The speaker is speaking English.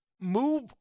move